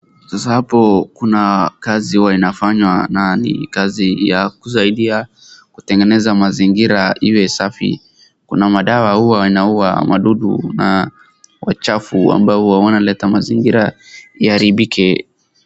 Sasa hapo kuna kazi huwa inafanywa na ni kazi ya kusaidia kutengeneza mazingira iwe safi. Kuna madawa huwa inaua madudu na wachafu ambao wanaleta mazingira iharibike.